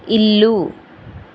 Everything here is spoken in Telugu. ఇల్లు